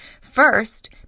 First